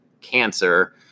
cancer